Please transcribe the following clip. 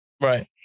Right